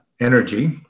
Energy